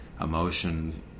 emotion